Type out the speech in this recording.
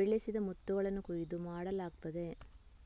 ಬೆಳೆಸಿದ ಮುತ್ತುಗಳನ್ನ ಕೊಯ್ಲು ಮಾಡಲಾಗ್ತದೆ